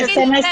תכתבו.